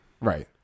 right